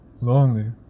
lonely